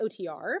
OTR